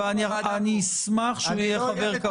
אני אשמח שהוא יהיה חבר קבוע.